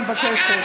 אני מבקשת,